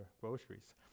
groceries